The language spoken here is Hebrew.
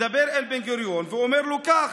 מדבר אל בן-גוריון ואומר לו כך: